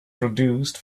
produced